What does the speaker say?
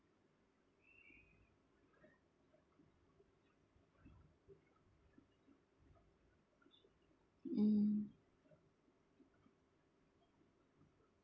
mm